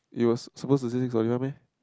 it was suppose to say six forty five meh